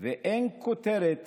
ואין כותרת